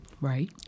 Right